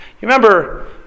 remember